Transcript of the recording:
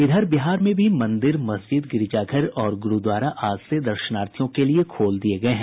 इधर बिहार में भी मंदिर मस्जिद गिरिजाघर और गुरूद्वारा आज से दर्शनार्थियों के लिये खोल दिये गये हैं